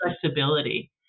flexibility